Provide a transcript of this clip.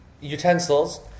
utensils